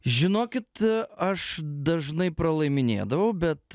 žinokit aš dažnai pralaiminėdavau bet